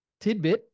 tidbit